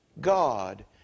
God